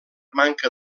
manca